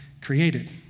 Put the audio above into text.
created